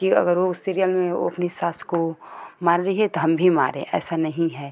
कि अगर वो उस सीरियल में ओ अपनी सास को मार रही है तो हम भी मारे ऐसा नहीं है